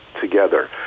together